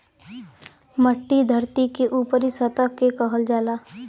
मट्टी धरती के ऊपरी सतह के कहल जाला